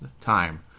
time